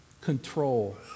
control